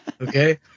Okay